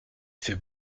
fait